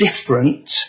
different